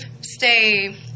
Stay